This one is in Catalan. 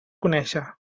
conéixer